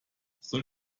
soll